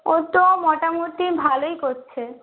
ও তো মোটামুটি ভালোই করছে